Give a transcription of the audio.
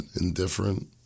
indifferent